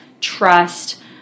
trust